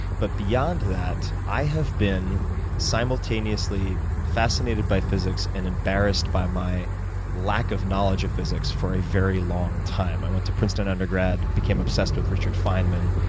but beyond that, i have been simultaneously fascinated by physics and embarrassed by my lack of knowledge of physics for a very long time. i went to princeton undergrad, became obsessed with richard feynman,